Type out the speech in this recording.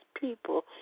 people